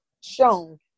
shown